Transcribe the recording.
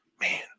man